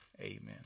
Amen